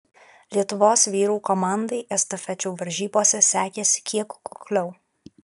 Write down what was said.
lietuvos vyrų komandai estafečių varžybose sekėsi kiek kukliau